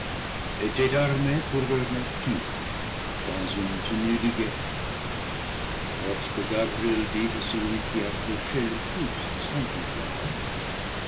étaient armés pour leurs nocturnes dans une tenue de guerre lorsque gabriel dit à celui qui approchait le plus de son pouvoir